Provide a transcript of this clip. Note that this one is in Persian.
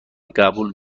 قبول